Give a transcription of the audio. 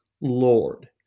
Lord